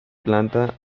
planta